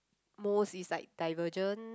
most is like Divergent